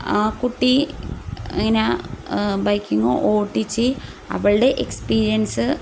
ആ കുട്ടി ഇങ്ങനെ ബൈക്കിങ്ങ് ഓടിച്ച് അവളുടെ എക്സ്പീരിയൻസ്